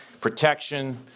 protection